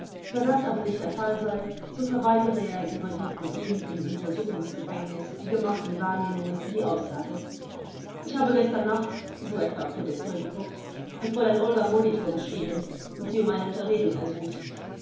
das aber nicht der fall sei so verweigere er über die von ihm im untersuchungsgefängnis gemachten wahrnehmungen die aussage ich habe gestern nacht so etwa fuhr der zeuge fort an fräulein olga molitor geschrieben und sie um eine unterredung ersucht